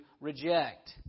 reject